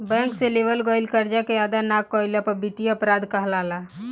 bank से लेवल गईल करजा के अदा ना करल भी बित्तीय अपराध कहलाला